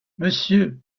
monsieur